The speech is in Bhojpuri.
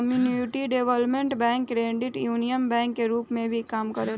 community development bank credit union bank के रूप में भी काम करेला